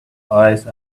ice